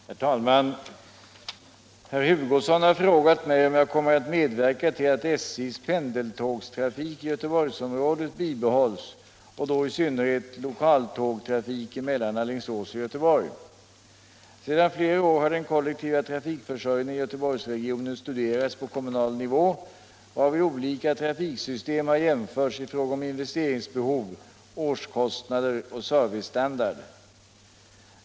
Herr talman! Herr Hugosson har frågat mig om jag kommer att medverka till att SJ:s pendeltågstrafik i Göteborgsområdet bibehålls och då i synnerhet lokaltågstrafiken mellan Alingsås och Göteborg. Sedan flera år har den kollektiva trafikförsörjningen i Göteborgsregionen studerats på kommunal nivå, varvid olika trafiksystem har jämförts i fråga om investeringsbehov, årskostnader och servicestandard.